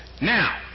Now